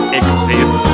exist